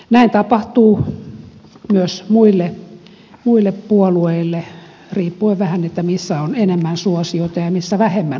näin tapahtuu myös muille puolueille riippuen vähän siitä missä on enemmän suosiota ja missä vähemmän suosiota